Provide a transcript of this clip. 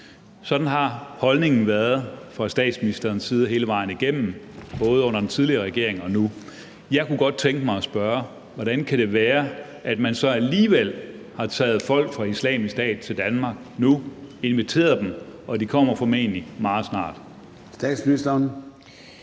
Sådan har holdningen fra statsministerens side været hele vejen igennem, både under den tidligere regering og nu. Jeg kunne godt tænke mig at spørge, hvordan det kan være, at man så nu alligevel har taget folk fra Islamisk Stat til Danmark, inviteret dem, og de kommer formentlig meget snart.